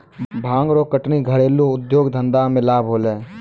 भांग रो कटनी घरेलू उद्यौग धंधा मे लाभ होलै